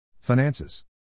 Finances